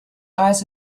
eyes